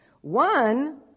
One